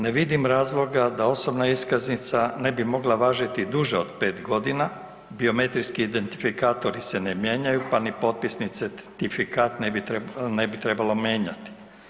Ne vidim razloga da osobna iskaznica ne bi mogla važiti duže od pet godina, biometrijski identifikatori se ne mijenjaju pa ni potpisni certifikat ne bi trebalo mijenjati.